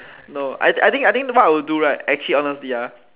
no I think I think what I will do right actually honestly ah